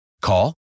Call